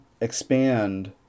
expand